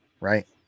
right